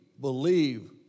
believe